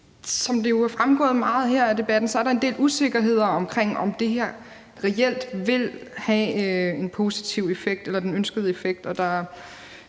Som det jo er fremgået meget her af debatten, er der en del usikkerheder, med hensyn til om det her reelt vil have en positiv effekt eller den ønskede effekt,